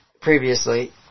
previously